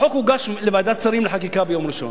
החוק הוגש לוועדת השרים לחקיקה ביום ראשון.